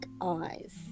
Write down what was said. eyes